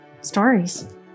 stories